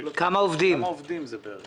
כמה עובדים זה בערך?